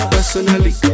Personally